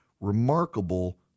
remarkable